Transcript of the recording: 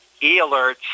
e-alerts